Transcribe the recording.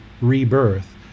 rebirth